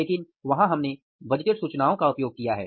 लेकिन वहां हमने बजटेड सूचनाओं का उपयोग किया है